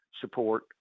support